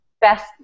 best